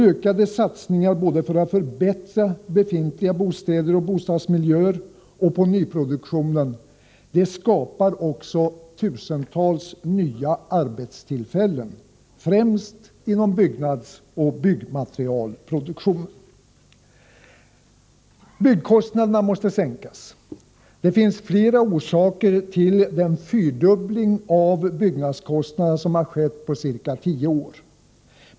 Ökade satsningar både för att förbättra befintliga bostäder och bostadsmiljöer och på nyproduktionen skapar också tusentals nya arbetstillfällen, främst inom byggnadsoch byggmaterialproduktionen. Byggkostnaderna måste sänkas. Det finns flera orsaker till den fyrdubbling av byggnadskostnaderna som skett på ca tio år.